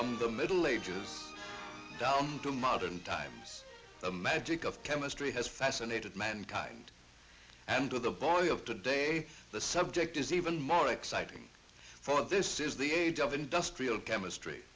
the middle ages to modern times the magic of chemistry has fascinated mankind and to the boy of today the subject is even more exciting for this is the age of industrial chemistry